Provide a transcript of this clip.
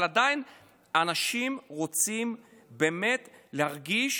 אבל עדיין אנשים רוצים באמת להרגיש,